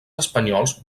espanyols